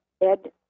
Ed